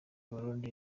burundi